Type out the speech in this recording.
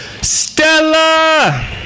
Stella